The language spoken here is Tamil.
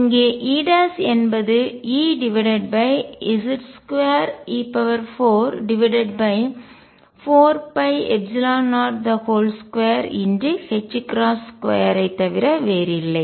இங்கே E 'என்பது EZ2e44π022 ஐத் தவிர வேறில்லை